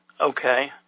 Okay